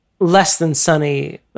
less-than-sunny